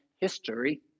history